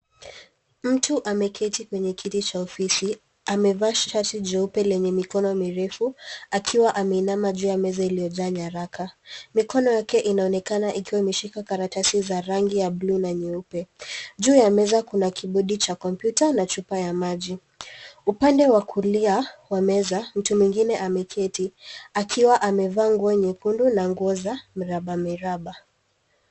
Mtu ameketi kwenye kiti cha ofisi. Amevaa shati jeupe lenye mikono mirefu akiwa ameinama juu ya meza iliyojaa nyaraka. Mikono yake inaonekana ikiwa imeshika karatasi za rangi ya bluu na nyeupe. Juu ya meza kuna kibodi cha kompyuta na chupa ya maji. Upande wa kulia wa meza, mtu mwingine ameketi akiwa amevaa nguo nyekundu na nguo za miraba miraba.